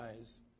eyes